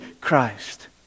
Christ